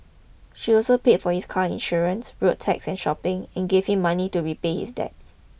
she also paid for his car insurance road tax and shopping and gave him money to repay his debts